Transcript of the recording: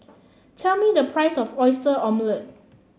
tell me the price of Oyster Omelette